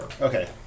Okay